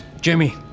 Jimmy